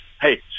hey